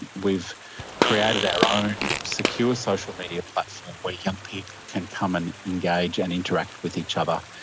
we've created our own secure social media platform where young people can come and engage and interact with each other,